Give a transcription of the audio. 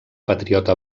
patriota